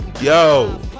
Yo